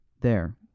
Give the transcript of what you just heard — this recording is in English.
There